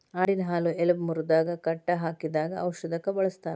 ಆಡಿನ ಹಾಲು ಎಲಬ ಮುರದಾಗ ಕಟ್ಟ ಹಾಕಿದಾಗ ಔಷದಕ್ಕ ಬಳಸ್ತಾರ